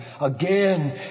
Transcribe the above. again